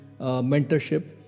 mentorship